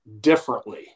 Differently